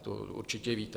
To určitě víte.